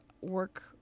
work